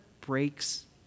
breaks